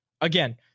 Again